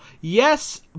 Yes